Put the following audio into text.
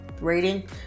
rating